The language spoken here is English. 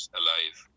alive